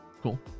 Cool